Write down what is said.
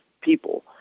people